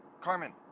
Carmen